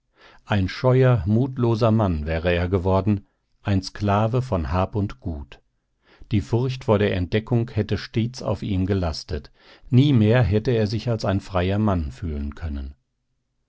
ein scheuer mutloser mann wäre er geworden ein sklave von hab und gut die furcht vor der entdeckung hätte stets auf ihm gelastet nie mehr hätte er sich als ein freier mann fühlen können